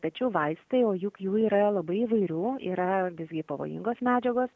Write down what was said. tačiau vaistai o juk jų yra labai įvairių yra dvi pavojingos medžiagos